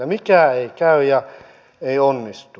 mikään ei käy ja ei onnistu